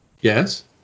Yes